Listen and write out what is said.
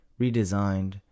redesigned